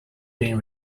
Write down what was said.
been